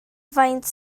faint